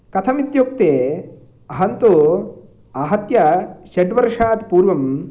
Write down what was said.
कथमित्युक्ते अहं तु आहत्य षड् वर्षात् पूर्वं